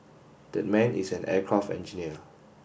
that man is an aircraft engineer